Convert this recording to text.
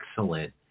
excellent